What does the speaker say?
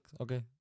Okay